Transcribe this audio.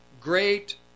great